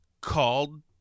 called